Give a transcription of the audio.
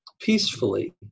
peacefully